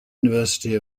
university